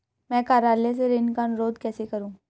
मैं कार्यालय से ऋण का अनुरोध कैसे करूँ?